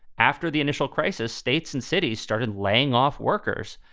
after the initial crisis, states and cities started laying off workers.